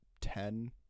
ten